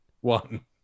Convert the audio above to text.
one